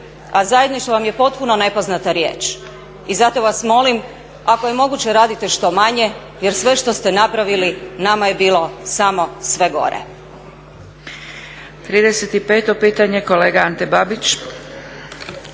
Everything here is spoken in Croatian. a zajedništvo vam je potpuno nepoznata riječ. I zato vas molim, ako je moguće radite što manje jer sve što ste napravili nama je bilo samo sve gore.